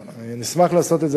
נשמח לעשות את זה,